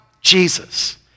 Jesus